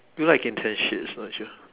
you like intense shits don't you